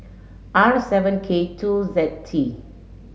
R seven K two Z T